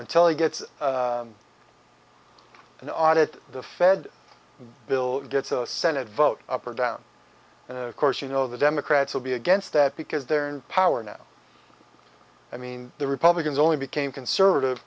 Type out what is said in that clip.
until you get an audit the fed bill gets a senate vote up or down and of course you know the democrats will be against that because they're in power now i mean the republicans only became conservative